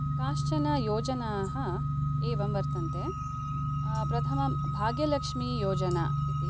काश्चन योजनाः एवं वर्तन्ते प्रथमं भाग्यलक्ष्मीयोजना इति